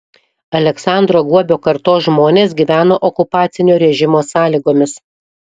aleksandro guobio kartos žmonės gyveno okupacinio režimo sąlygomis